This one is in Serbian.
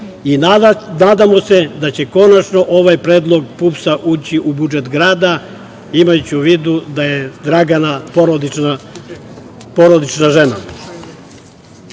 i nadamo se da će konačno ovaj predlog PUPS-a ući u budžet grada, imajući u vidu da je Dragana porodična